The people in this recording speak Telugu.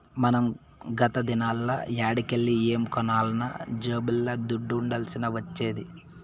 మనం గత దినాల్ల యాడికెల్లి ఏం కొనాలన్నా జేబుల్ల దుడ్డ ఉండాల్సొచ్చేది